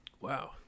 Wow